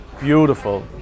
beautiful